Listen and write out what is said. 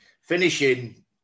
Finishing